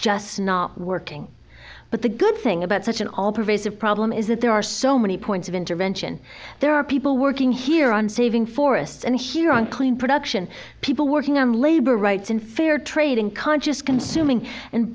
just not working but the good thing about such an all pervasive problem is that there are so many points of intervention there are people working here on saving forests and here on clean production people working on labor rights in fair trade and conscious consuming and